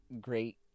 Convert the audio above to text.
great